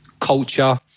culture